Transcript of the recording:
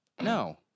No